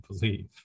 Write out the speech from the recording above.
believe